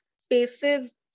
spaces